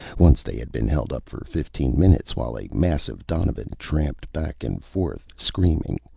once they had been held up for fifteen minutes while a massive donovan tramped back and forth, screaming,